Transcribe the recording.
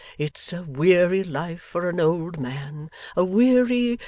it's a weary life for an old man a weary,